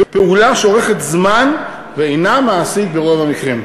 פעולה שאורכת זמן ואינה מעשית ברוב המקרים.